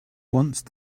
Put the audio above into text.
once